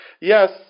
Yes